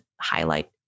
highlight